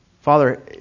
Father